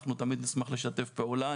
אנחנו תמיד נשמח לשתף פעולה.